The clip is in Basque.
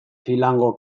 philando